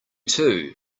too